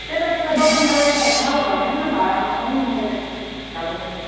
त्यतातिर दोकानदारी छ भने मलाई भनिदिनु न भाडामा म पनि मुरही बेच्छु झालमुरी